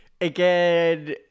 again